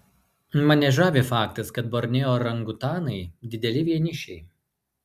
mane žavi faktas kad borneo orangutanai dideli vienišiai